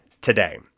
today